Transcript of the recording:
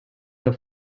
the